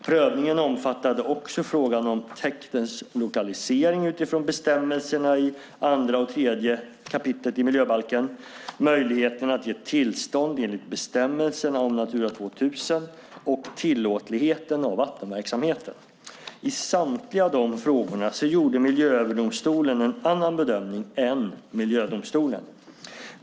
Prövningen omfattade också frågan om täktens lokalisering utifrån bestämmelserna i 2 och 3 kap. miljöbalken, möjligheten att ge tillstånd enligt bestämmelserna om Natura 2000 och tillåtligheten av vattenverksamheten. I samtliga dessa frågor gjorde Miljööverdomstolen en annan bedömning än miljödomstolen.